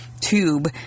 tube